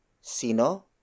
Sino